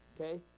okay